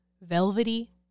velvety